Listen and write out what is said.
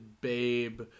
babe